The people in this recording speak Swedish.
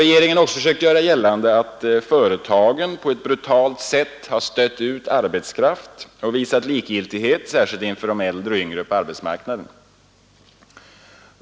Regeringen har också försökt göra gällande att företagen på ett brutalt sätt har stött ut arbetskraft och visat likgiltighet för särskilt äldre och yngre på arbetsmarknaden.